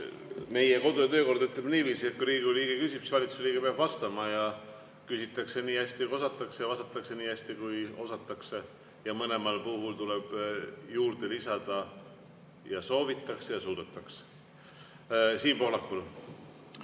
Meie kodu‑ ja töökord ütleb niiviisi, et kui Riigikogu liige küsib, siis valitsuse liige peab vastama. Ja küsitakse nii hästi, kui osatakse, ja vastatakse nii hästi, kui osatakse. Ja mõlemal puhul tuleb juurde lisada: ja soovitakse ja suudetakse. Siim Pohlak,